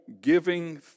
giving